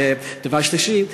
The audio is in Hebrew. דבר שלישי,